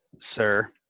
sir